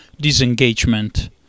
disengagement